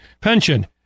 pension